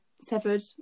Severed